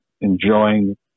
enjoying